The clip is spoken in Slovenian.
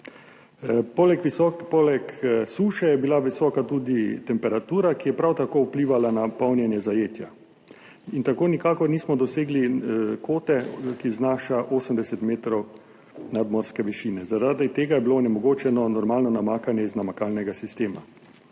Poleg suše je bila visoka tudi temperatura, ki je prav tako vplivala na polnjenje zajetja in tako nikakor nismo dosegli kvote, ki znaša 80 metrov nadmorske višine. Zaradi tega je bilo onemogočeno normalno namakanje iz namakalnega sistema.